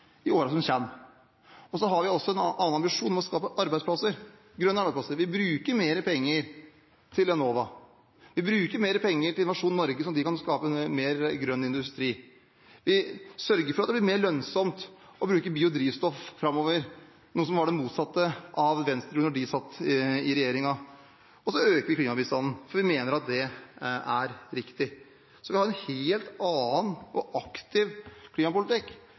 i årene som kommer. Vi har også en ambisjon om å skape grønne arbeidsplasser. Vi bruker mer penger på Enova, vi bruker mer penger på Innovasjon Norge, slik at de kan skape mer grønn industri. Vi sørger for at det blir mer lønnsomt å bruke biodrivstoff framover, som er det motsatte av hva Venstre gjorde da de satt i regjering. Vi øker også klimabistanden, for vi mener at det er riktig. Så vi har en helt annen og aktiv klimapolitikk.